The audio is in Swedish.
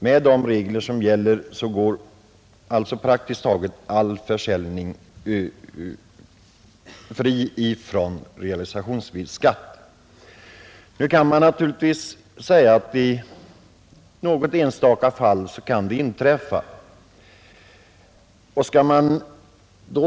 Med nuvarande regler går praktiskt taget all sådan försäljning fri från realisationsvinstbeskattning. I något enstaka fall kan det naturligtvis inträffa att det uppstår beskattningsbar realisationsvinst.